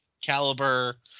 caliber